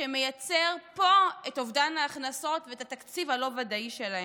שמייצר פה את אובדן ההכנסות ואת התקציב הלא-ודאי שלהם.